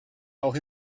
auch